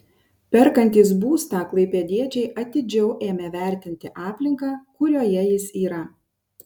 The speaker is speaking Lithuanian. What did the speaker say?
perkantys būstą klaipėdiečiai atidžiau ėmė vertinti aplinką kurioje jis yra